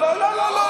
לא לא לא,